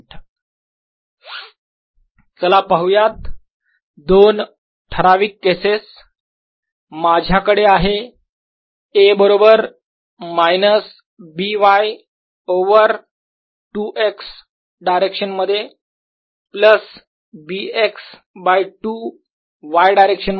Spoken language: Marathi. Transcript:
Second possibility AyBx Ax0 Az0 ∴ABxy Third possibility Ay0 Ax By Az0 ∴A Byx चला पाहुयात दोन ठराविक केसेस माझ्याकडे आहे A बरोबर minus B y over 2 x direction मध्ये plus B x by 2 y direction मध्ये